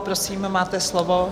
Prosím, máte slovo.